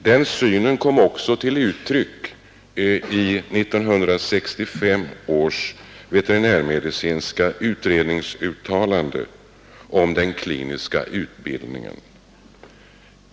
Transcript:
Denna syn kom också till uttryck i 1965 års veterinärmedicinska utrednings uttalande om den kliniska utbildningen.